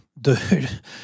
dude